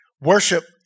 worship